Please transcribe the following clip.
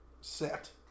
set